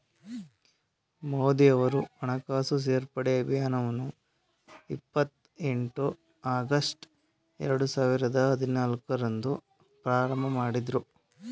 ಮೋದಿಯವರು ಹಣಕಾಸು ಸೇರ್ಪಡೆ ಅಭಿಯಾನವನ್ನು ಇಪ್ಪತ್ ಎಂಟು ಆಗಸ್ಟ್ ಎರಡು ಸಾವಿರದ ಹದಿನಾಲ್ಕು ರಂದು ಪ್ರಾರಂಭಮಾಡಿದ್ರು